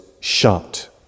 shut